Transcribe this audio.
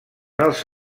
els